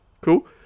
Cool